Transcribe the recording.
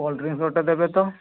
cold drinks ଗୋଟିଏ ଦେବେ ତ